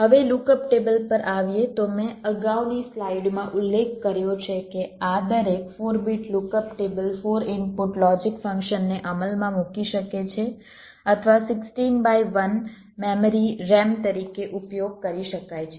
હવે look up table પર આવીએ તો મેં અગાઉની સ્લાઇડમાં ઉલ્લેખ કર્યો છે કે આ દરેક 4 bit lookup table 4 input logic ફંક્શનને અમલમાં મૂકી શકે છે અથવા 16 બાય 1 મેમરી RAM તરીકે ઉપયોગ કરી શકાય છે